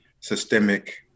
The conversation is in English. systemic